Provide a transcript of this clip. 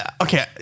Okay